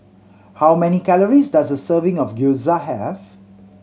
how many calories does a serving of Gyoza have